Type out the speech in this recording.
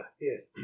yes